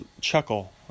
chuckle